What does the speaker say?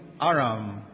Aram